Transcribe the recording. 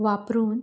वापरून